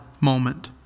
moment